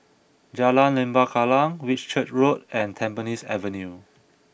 Jalan Lembah Kallang Whitchurch Road and Tampines Avenue